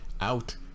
out